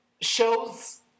shows